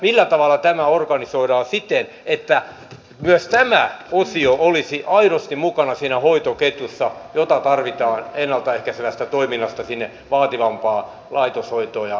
millä tavalla tämä organisoidaan siten että myös tämä osio olisi aidosti mukana siinä hoitoketjussa jota tarvitaan ennalta ehkäisevästä toiminnasta sinne vaativampaan laitoshoitoon ja erikoissairaanhoitoon asti